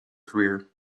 career